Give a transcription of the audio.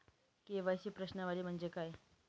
KYC प्रश्नावली म्हणजे काय?